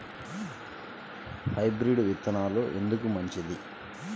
Hybrid విత్తనాలు ఎందుకు మంచిది?